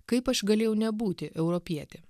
kaip aš galėjau nebūti europietė